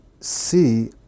see